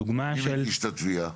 מי מגיש את התביעה?